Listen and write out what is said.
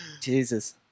Jesus